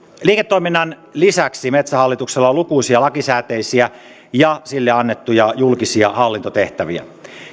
liiketoiminnan lisäksi metsähallituksella on lukuisia lakisääteisiä ja sille annettuja julkisia hallintotehtäviä